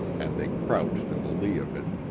and they crouched in the lee of it,